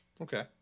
Okay